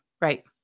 right